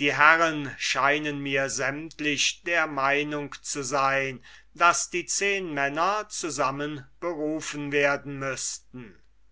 die herren scheinen mir sämtlich der meinung zu sein daß die zehnmänner zusammenberufen werden müßten